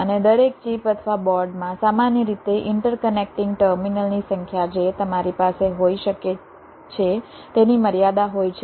અને દરેક ચિપ અથવા બોર્ડમાં સામાન્ય રીતે ઇન્ટરકનેક્ટિંગ ટર્મિનલ ની સંખ્યા જે તમારી પાસે હોઈ શકે છે તેની મર્યાદા હોય છે